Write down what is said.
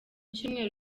cyumweru